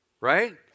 Right